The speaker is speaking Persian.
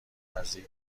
نزدیک